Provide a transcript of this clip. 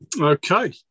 Okay